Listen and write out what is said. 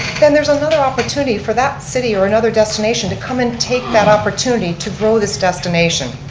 then there's another opportunity for that city or another destination to come and take that opportunity to grow this destination.